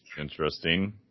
interesting